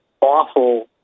awful